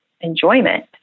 enjoyment